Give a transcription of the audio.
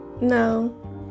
no